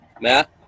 Matt